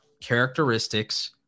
characteristics